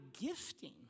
gifting